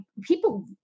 people